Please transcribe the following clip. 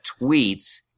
tweets